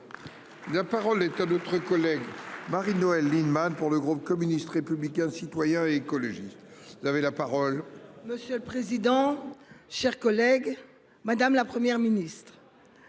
La parole est à d'autres collègues. Marie-Noëlle Lienemann pour le groupe communiste, républicain, citoyen et écologiste il avait la parole. Monsieur le président. Cher collègue, madame, la Première ministre.